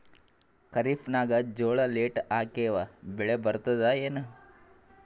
ಖರೀಫ್ ನಾಗ ಜೋಳ ಲೇಟ್ ಹಾಕಿವ ಬೆಳೆ ಬರತದ ಏನು?